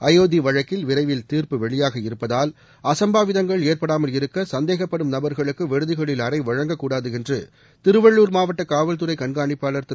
அயோத்தி வழக்கில் விரைவில் தீர்ப்பு வெளியாக இருப்பதால் அசுப்பாவிதங்கள் ஏற்படாமல் இருக்க சந்தேகப்படும் நபர்களுக்கு விடுதிகளில் அறை வழங்கக்கூடாது என்று திருவள்ளுர் மாவட்ட காவல்துறை கண்காணிப்பாளர் திரு